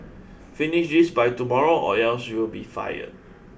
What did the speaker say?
finish this by tomorrow or else you'll be fired